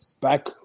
Back